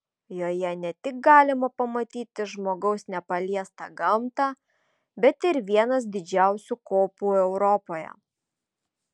joje ne tik galima pamatyti žmogaus nepaliestą gamtą bet ir vienas didžiausių kopų europoje